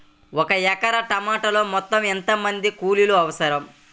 ఒక ఎకరా టమాటలో మొత్తం ఎంత మంది కూలీలు అవసరం?